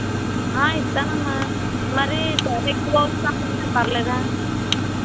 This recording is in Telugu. ఇస్తానమ్మా మరీ డైరెక్ట్గా పర్లేదా